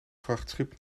vrachtschip